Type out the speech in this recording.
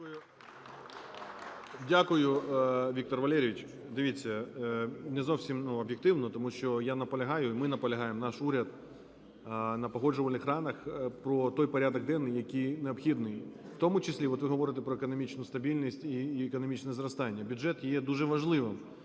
Дякую, Віктор Валерійович. Дивіться, не зовсім, ну, об'єктивно, тому що я наполягаю, ми наполягаємо, наш уряд, на погоджувальних радах про той порядок денний, який необхідний, в тому числі от ви говорите про економічну стабільність і економічне зростання. Бюджет є дуже важливим